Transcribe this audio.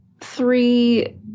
three